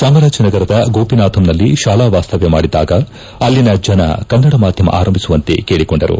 ಚಾಮರಾಜನಗರದ ಗೋಪಿನಾಥಂನಲ್ಲಿ ಶಾಲಾ ವಾಸ್ತವ್ಯ ಮಾಡಿದ್ದಾಗ ಅಲ್ಲಿನ ಜನ ಕನ್ನಡ ಮಾಧ್ಯಮ ಆರಂಭಿಸುವಂತೆ ಕೇಳಿಕೊಂಡರು